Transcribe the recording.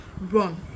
Run